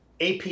AP